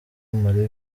marie